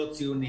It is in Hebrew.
לא ציונים.